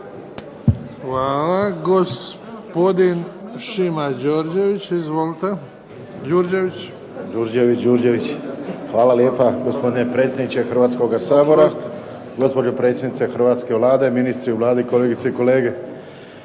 Hvala. Gospodin Šima Đurđević, izvolite. **Đurđević, Šimo (HDZ)** Hvala lijepa, gospodine predsjedniče Hrvatskoga sabora. Gospođo predsjednice hrvatske Vlade, ministri u Vladi, kolegice i kolege.